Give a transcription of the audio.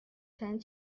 tend